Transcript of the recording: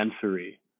sensory